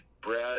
Brad